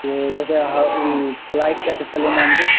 تو جیسے فلائٹ کا چپل لینا ہے ہم کو